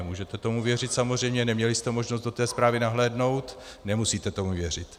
Můžete tomu věřit, samozřejmě neměli jste možnost do té zprávy nahlédnout, nemusíte tomu věřit.